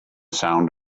sound